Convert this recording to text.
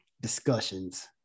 discussions